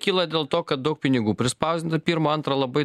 kyla dėl to kad daug pinigų prispausdina pirma antra labai